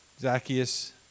Zacchaeus